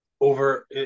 over